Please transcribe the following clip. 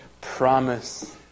promise